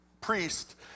priest